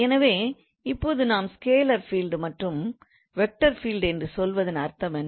எனவே இப்போது நாம் ஸ்கேலர் ஃபீல்ட் மற்றும் வெக்டார் ஃபீல்ட் என்று சொல்வதன் அர்த்தம் என்ன